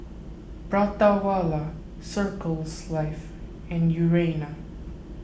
Prata Wala Circles Life and Urana